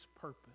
purpose